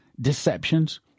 deceptions